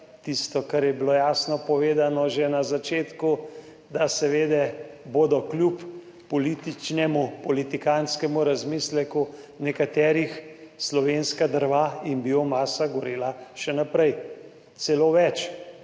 tisto, kar je bilo jasno povedano že na začetku, da bodo seveda kljub političnemu, politikantskemu razmisleku nekaterih slovenska drva in biomasa gorela še naprej. Celo več,